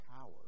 power